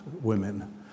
women